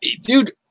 dude